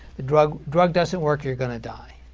the drug drug doesn't work, you're going to die.